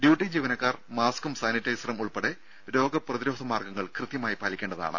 duty ജീവനക്കാർ മാസ്കും സാനിറ്റൈസറും ഉൾപ്പെടെ രോഗപ്രതിരോധ മാർഗങ്ങൾ കൃത്യമായി പാലിക്കേണ്ടതാണ്